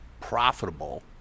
profitable